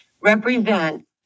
represent